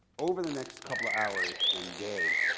over the next couple of hours and day,